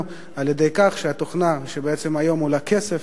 על-ידי כך שהתוכנה שבעצם היום עולה כסף,